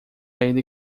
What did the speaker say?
ele